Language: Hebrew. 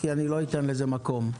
כי לא אתן לזה מקום.